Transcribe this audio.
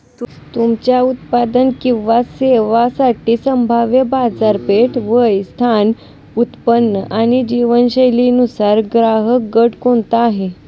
तुमच्या उत्पादन किंवा सेवांसाठी संभाव्य बाजारपेठ, वय, स्थान, उत्पन्न आणि जीवनशैलीनुसार ग्राहकगट कोणता आहे?